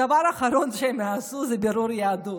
דבר אחרון שהם יעשו זה בירור יהדות.